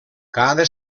cada